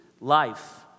life